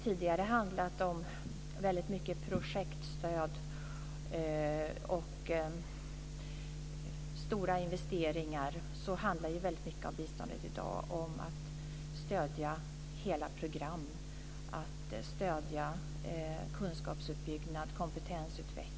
Tidigare har det väldigt mycket handlat om projektstöd och stora investeringar. I dag handlar det mycket om att stödja hela program, om att stödja kunskapsuppbyggnad och kompetensutveckling.